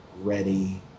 Ready